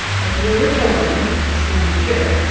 but the original one, this one here.